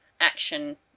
action